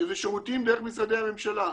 שזה שירותים דרך משרדי הממשלה,